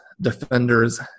defenders